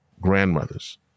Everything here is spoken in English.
grandmothers